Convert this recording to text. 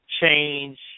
change